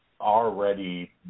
already